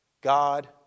God